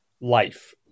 life